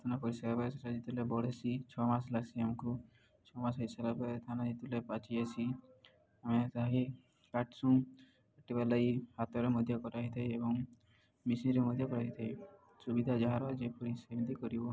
ଥାନ ପରିସ ସୋ ଯେତବେଳେ ବଢ଼ ହେସି ଛଅ ମାସ ଲାଗସି ଆମକୁ ଛଅ ମାସ ହେଇସାରିଲ ପରେ ଥାନା ଯେତେବେଲେ ପାଚ ଆସି ଆମେ ସାହି କାଟସୁଁ କାଟିବା ଲାଗ ହାତରେ ମଧ୍ୟ କରାହେଇଥାଏ ଏବଂ ମିସିନରେ ମଧ୍ୟ କରାହେଇଥାଏ ସୁବିଧା ଯାହାର ଯେପରି ସେମିତି କରିବ